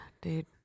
Dude